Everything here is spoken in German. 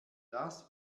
das